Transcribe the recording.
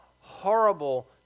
horrible